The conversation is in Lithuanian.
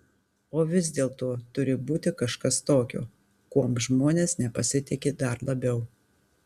o vis dėlto turi būti kažkas tokio kuom žmonės nepasitiki dar labiau